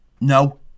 No